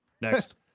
Next